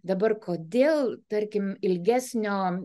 dabar kodėl tarkim ilgesnio